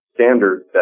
standard